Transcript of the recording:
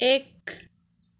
एक